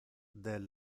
del